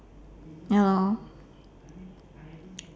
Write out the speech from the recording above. ya lor